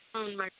అవును మేడమ్